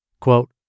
Quote